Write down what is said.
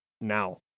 now